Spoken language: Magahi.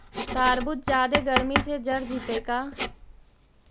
तारबुज जादे गर्मी से जर जितै का?